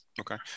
Okay